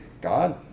God